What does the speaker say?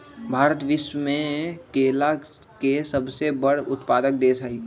भारत विश्व में केला के सबसे बड़ उत्पादक देश हई